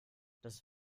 das